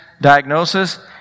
diagnosis